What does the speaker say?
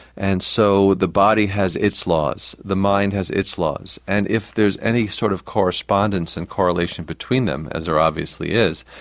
and so the body has its laws, the mind has its laws, and if there's any sort of correspondence and correlation between them, as there obviously is,